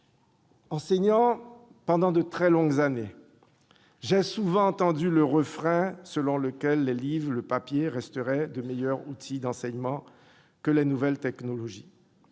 enseigné pendant de très longues années, j'ai souvent entendu le refrain selon lequel les livres, le papier resteraient de meilleurs supports d'enseignement que les nouvelles technologies.